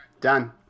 Done